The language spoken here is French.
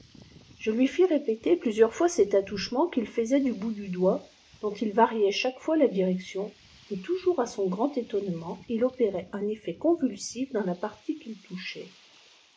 je lui fis répéter plusieurs fois cet àitoucliemenl qu'il faisait du bout du doigt dont il variait cnaque fois la direction et toujours à son grand étonnement ii opérait un effet corivulsif dans la partie qu'il touchait